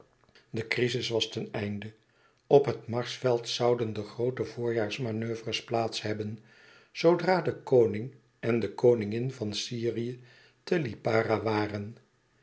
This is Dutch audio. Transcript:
de crizis was ten einde op het marsveld zouden de groote voorjaarsmanoeuvres plaats hebben zoodra de koning en de koningin van syrië te lipara waren